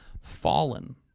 Fallen